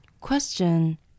Question